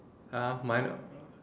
ah mine